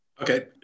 Okay